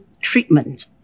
treatment